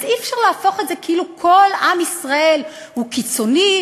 אז אי-אפשר להפוך את זה כאילו כל עם ישראל הוא קיצוני,